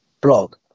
blog